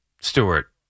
Stewart